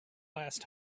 last